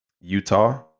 Utah